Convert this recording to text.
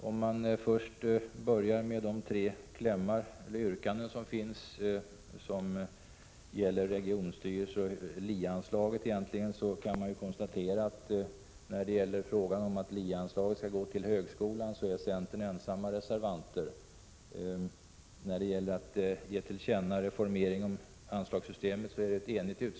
Om man börjar med att titta på de tre yrkandena beträffande LIE anslaget, kan man konstatera att centerpartisterna är ensamma reservanter när det gäller frågan om att LIE-anslaget skall gå till högskolan. När det gäller att ge till känna reformeringen av anslagssystemet är utskottet enigt.